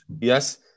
Yes